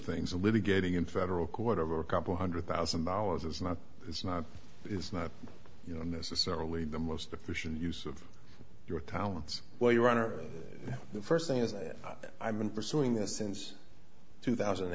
things a little getting in federal court over a couple hundred thousand dollars it's not it's not it's not you know necessarily the most efficient use of your talents well your honor the first thing is that i've been pursuing this since two thousand and